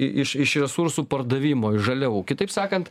i iš iš resursų pardavimo iš žaliavų kitaip sakant